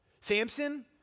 Samson